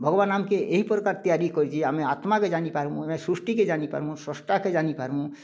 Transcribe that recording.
ଭଗବାନ ଆମକେ ଏହିପ୍ରକାର ତିଆରି କରିଛି ଆମେ ଆତ୍ମା କେ ଜାନି ପାରମୁଁ ଆମେ ସୃଷ୍ଟି କେ ଜାନି ପାରମୁଁ ସ୍ରଷ୍ଟା କେ ଜାନି ପାରମୁଁ